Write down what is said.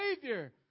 Savior